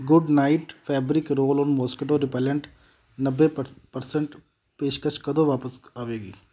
good night fabric roll on mosquito repellent ਨੱਬੇ ਪਰ percent ਪੇਸ਼ਕਸ਼ ਕਦੋਂ ਵਾਪਸ ਆਵੇਗੀ